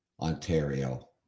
Ontario